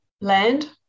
land